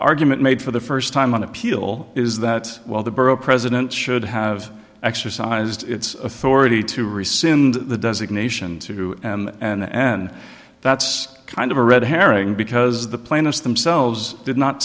argument made for the first time on appeal is that while the borough president should have exercised its authority to rescind the designation to and then that's kind of a red herring because the plaintiffs themselves did not